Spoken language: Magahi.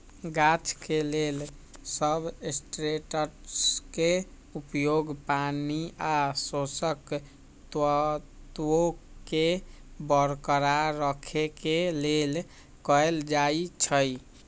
गाछ के लेल सबस्ट्रेट्सके उपयोग पानी आ पोषक तत्वोंके बरकरार रखेके लेल कएल जाइ छइ